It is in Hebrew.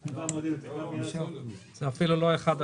משם גם עיקר הכסף,